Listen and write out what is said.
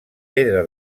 pedra